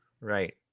right